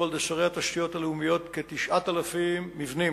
על-ידי שרי התשתיות הלאומיות כ-9,000 מבנים.